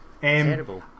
terrible